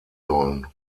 sollen